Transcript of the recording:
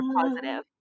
positive